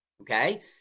okay